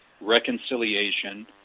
reconciliation